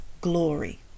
glory